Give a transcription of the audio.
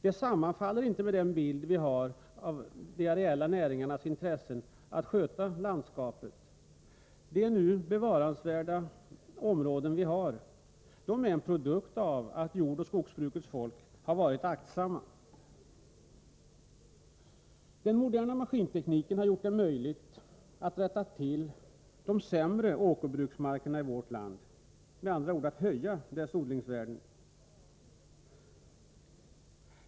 Det sammanfaller inte med den bild vi har av de areella näringarnas intressen att sköta landskapet. De områden som vi nu har som är värda att bevara är en produkt av att jordoch skogsbrukets folk har varit aktsamma. Den moderna maskintekniken har gjort det möjligt att rätta till de sämre åkerbruksmarkerna i vårt land. Den har med andra ord höjt deras odlingsvärden.